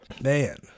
Man